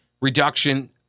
reduction